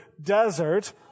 desert